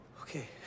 Okay